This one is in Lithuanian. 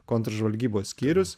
kontržvalgybos skyrius